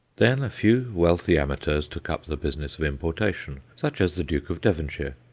then a few wealthy amateurs took up the business of importation, such as the duke of devonshire.